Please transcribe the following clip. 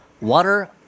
water